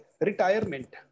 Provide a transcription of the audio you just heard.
retirement